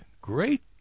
great